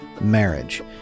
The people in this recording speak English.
marriage